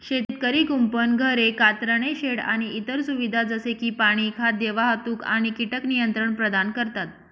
शेतकरी कुंपण, घरे, कातरणे शेड आणि इतर सुविधा जसे की पाणी, खाद्य, वाहतूक आणि कीटक नियंत्रण प्रदान करतात